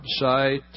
website